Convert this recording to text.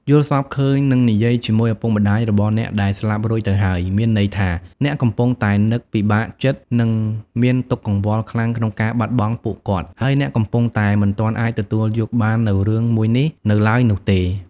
យល់សប្តិឃើញ និងនិយាយជាមួយឪពុកម្តាយរបស់អ្នកដែលស្លាប់រួចទៅហើយ មានន័យថា អ្នកកំពុងតែនឹក ពិបាកចិត្តនិងមានទុកកង្វល់ខ្លាំងក្នុងការបាត់បង់ពួកគាត់ ហើយអ្នកកំពុងតែមិនទាន់ អាចទទួលយកបាននូវរឿងមួយនេះនៅឡើយនោះទេ។